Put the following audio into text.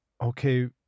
Okay